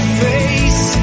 face